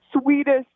sweetest